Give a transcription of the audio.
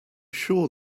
sure